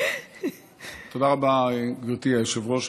תודה רבה, גברתי היושבת-ראש.